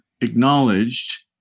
acknowledged